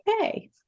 okay